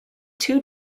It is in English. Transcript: two